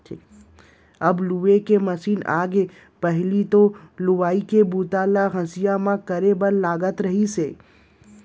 अब लूए के मसीन आगे हे पहिली तो लुवई के बूता ल हँसिया म करे बर लागत रहिस